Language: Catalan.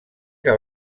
que